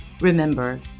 Remember